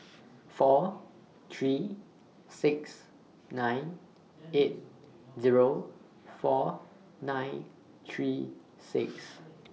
four three six nine eight Zero four nine three six